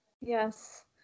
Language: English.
Yes